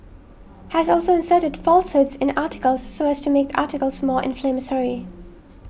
has also inserted falsehoods in articles so as to make the articles more inflammatory